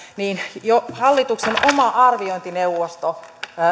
niin jo hallituksen oma arviointineuvosto